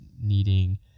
needing